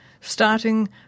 starting